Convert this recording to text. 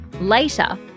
Later